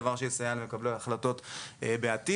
דבר שיסייע למקבלי ההחלטות בעתיד,